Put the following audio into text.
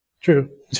True